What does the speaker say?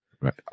Right